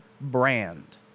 brand